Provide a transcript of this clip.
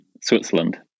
Switzerland